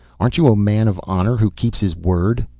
aren't you a man of honor who keeps his word?